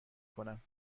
کنم